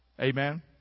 Amen